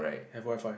have Wi-Fi